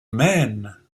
men